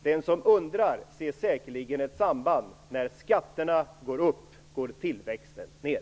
Den som undrar ser säkerligen ett samband; när skatterna går upp går tillväxten ner.